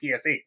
PSA